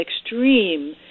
extreme